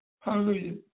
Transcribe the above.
hallelujah